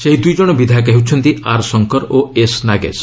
ସେହି ଦୂଇ ଜଣ ବିଧାୟକ ହେଉଛନ୍ତି ଆର୍ ଶଙ୍କର ଓ ଏସ୍ ନାଗେଶ